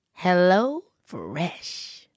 HelloFresh